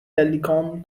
telecom